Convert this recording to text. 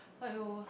!aiyo!